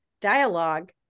dialogue